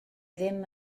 ddim